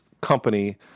company